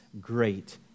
great